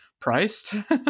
priced